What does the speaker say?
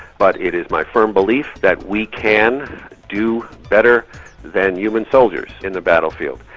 but it is my firm belief that we can do better than human soldiers in the battlefield.